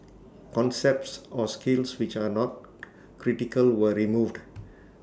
concepts or skills which are not critical were removed